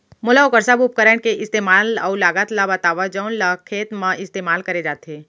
मोला वोकर सब उपकरण के इस्तेमाल अऊ लागत ल बतावव जउन ल खेत म इस्तेमाल करे जाथे?